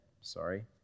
Sorry